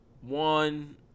One